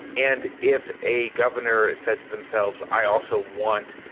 and if a governor said to themselves, i also want,